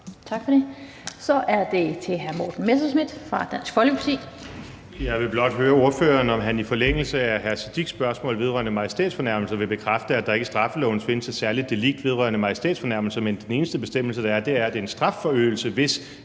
en kort bemærkning til hr. Morten Messerschmidt fra Dansk Folkeparti.